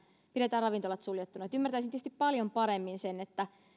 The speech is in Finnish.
pidetään ravintolat suljettuina ymmärtäisin tietysti paljon paremmin sen että